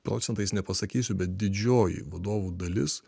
procentais nepasakysiu bet didžioji vadovų dalis